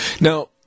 Now